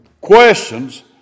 questions